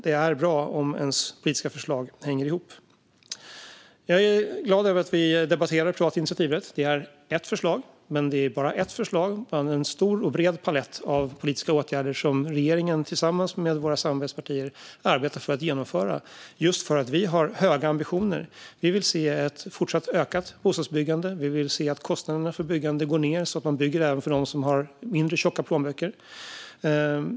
Det är bra om ens politiska förslag hänger ihop. Jag är glad över att vi debatterar privat initiativrätt. Men det är bara ett förslag på en stor och bred palett av politiska åtgärder som regeringen tillsammans med våra samarbetspartier arbetar för att genomföra just för att vi har höga ambitioner. Vi vill se ett fortsatt ökat bostadsbyggande och att kostnaderna för byggande går ned så att man bygger även för dem som har mindre tjocka plånböcker.